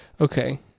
Okay